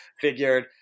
figured